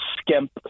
skimp